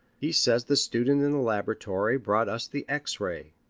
he says the student in the laboratory brought us the x-ray,